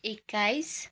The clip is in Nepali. एकाइस